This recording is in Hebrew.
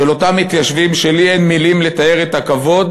של אותם מתיישבים שלי אין מילים לתאר את הכבוד